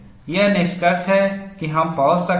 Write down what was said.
यह निष्कर्ष है कि हम पहुंच सकते हैं